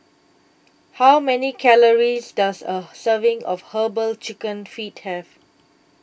How Many Calories Does A Serving of Herbal Chicken Feet Have